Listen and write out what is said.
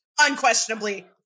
unquestionably